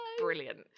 Brilliant